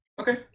Okay